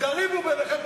תריבו ביניכם,